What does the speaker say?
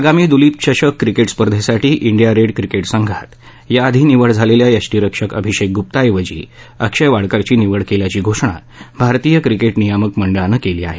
आगामी दूलीप चषक क्रिकेट स्पर्धेसाठी डिया रेड क्रिकेट संघात याआधी निवड झालेल्या यष्टीरक्षक अभिषेक गुप्ताऐवजी अक्षय वाडकरची निवड केल्याची घोषणा भारतीय क्रिकेट नियामक मंडळानं केली आहे